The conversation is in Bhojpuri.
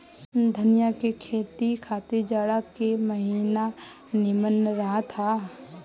धनिया के खेती खातिर जाड़ा के महिना निमन रहत हअ